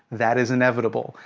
that is inevitable.